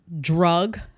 drug